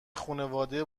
خونواده